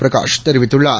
பிரகாஷ் தெரிவித்துள்ளார்